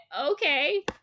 okay